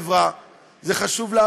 זה חשוב לנו כחברה,